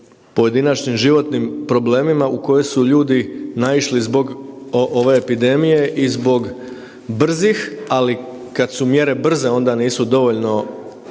pojedinačnim životnim problemima u koje su ljudi naišli zbog ove epidemije i zbog brzih, ali kad su mjere brze onda nisu dovoljno,